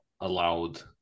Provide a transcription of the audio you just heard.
allowed